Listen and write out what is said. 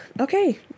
okay